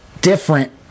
different